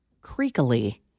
creakily